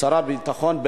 ושר הביטחון,